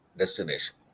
destination